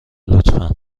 لطفا